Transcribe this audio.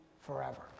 forever